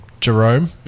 Jerome